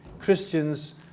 Christians